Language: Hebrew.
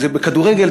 בכדורגל,